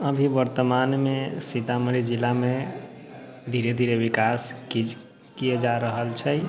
अभी वर्तमानमे सीतामढ़ी जिलामे धीरे धीरे विकास की किए जा रहल छै